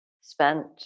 spent